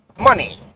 money